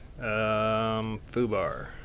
Fubar